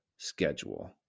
schedule